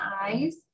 eyes